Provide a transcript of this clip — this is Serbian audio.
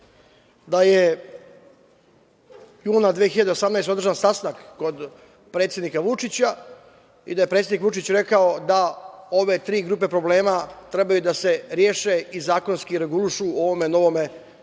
da je juna 2018. godine održan sastanak kod predsednika Vučića i da je predsednik Vučić rekao da ove tri grupe problema trebaju da se reše i zakonski regulišu u ovom novom zakonu